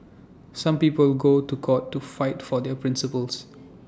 some people go to court to fight for their principles